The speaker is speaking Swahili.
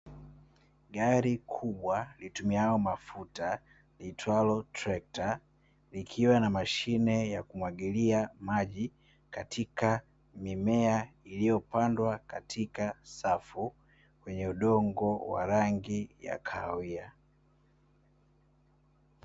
Gari kubwa litumialo mafuta liiltwalo trekta, likiwa na mashine ya kumwagilia maji katika mimea iliyopandwa katika safu; kwenye udongo wa rangi ya kahawia.